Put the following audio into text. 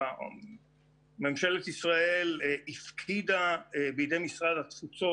ממשלת ישראל הפקידה בידי משרד התפוצות